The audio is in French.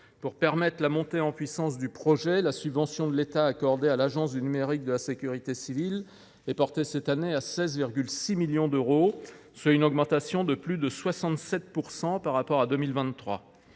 Pour permettre la montée en puissance du projet, la subvention de l’État à l’Agence du numérique de la sécurité civile (ANSC) est portée cette année à 16,6 millions d’euros, soit une augmentation de plus de 67,5 % par rapport à 2023.